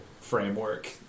framework